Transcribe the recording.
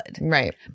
Right